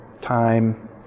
time